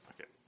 Okay